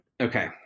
okay